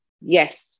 yes